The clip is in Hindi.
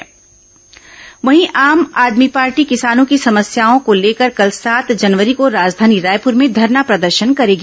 आप धरना प्रदर्शन वहीं आम आदमी पार्टी किसानों की समस्याओं को लेकर कल सात जनवरी को राजधानी रायपूर भें धरना प्रदर्शन करेगी